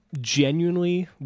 genuinely